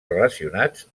relacionats